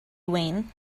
wayne